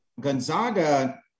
Gonzaga